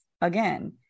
again